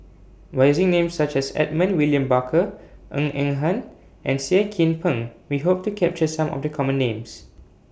By using Names such as Edmund William Barker Ng Eng Hen and Seah Kian Peng We Hope to capture Some of The Common Names